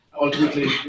ultimately